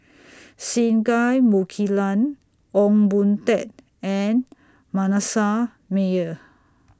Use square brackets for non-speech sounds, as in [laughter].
[noise] Singai Mukilan Ong Boon Tat and Manasseh Meyer